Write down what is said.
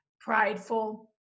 prideful